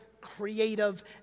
creative